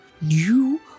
new